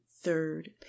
third